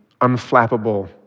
unflappable